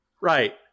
right